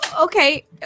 Okay